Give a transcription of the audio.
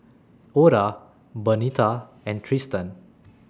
Oda Bernita and Trystan